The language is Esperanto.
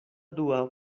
dua